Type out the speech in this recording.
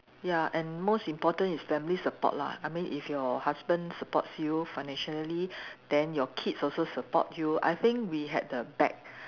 ya and most important is family support lah I mean if your husband supports you financially then your kids also support you I think we had the back